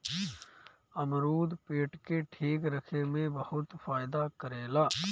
अमरुद पेट के ठीक रखे में बहुते फायदा करेला